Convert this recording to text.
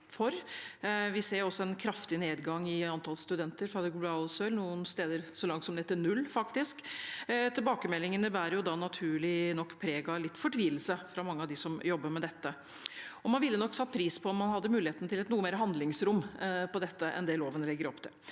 Vi ser også en kraftig nedgang i antall studenter fra det globale sør, noen steder faktisk så langt ned som til null. Tilbakemeldingene bærer naturlig nok preg av litt fortvilelse fra mange av dem som jobber med dette. Man ville nok satt pris på om man hadde muligheten til noe mer handlingsrom på dette enn det loven legger opp til.